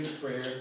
prayer